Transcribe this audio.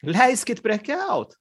leiskit prekiaut